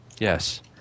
Yes